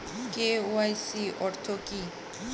KYC অর্থ কি?